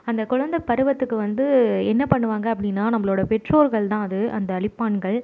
அந்த குழந்தை பருவத்துக்கு வந்து என்ன பண்ணுவாங்க அப்படின்னா நம்பளோடய பெற்றோர்கள் தான் அது அந்த அழிப்பான்கள்